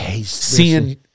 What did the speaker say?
seeing